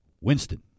Winston